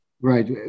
Right